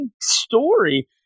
story